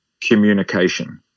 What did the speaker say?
Communication